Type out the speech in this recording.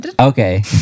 Okay